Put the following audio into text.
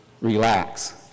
Relax